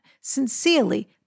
Sincerely